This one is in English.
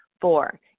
Four